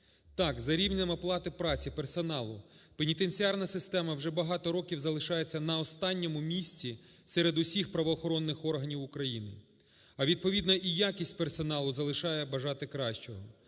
Так, за рівнем оплати праці персоналу пенітенціарна система вже багато років залишається на останньому місці серед усіх правоохоронних органів України. А відповідно і якість персоналу залишає бажати кращого.